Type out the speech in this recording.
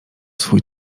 swój